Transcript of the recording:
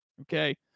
okay